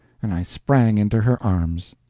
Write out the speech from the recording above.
and i sprang into her arms!